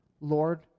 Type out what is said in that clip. Lord